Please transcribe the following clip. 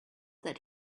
that